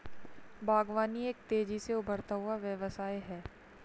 बागवानी एक तेज़ी से उभरता हुआ व्यवसाय है